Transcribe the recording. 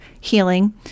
healing